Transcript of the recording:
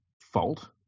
fault